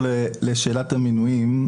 מקבילים,